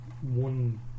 one